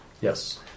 Yes